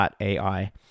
AI